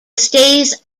stays